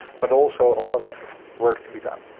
but also a lot of work to be done.